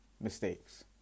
mistakes